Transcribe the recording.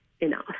enough